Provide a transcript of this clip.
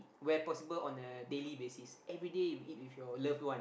where possible on a daily basis everyday we eat with your loved ones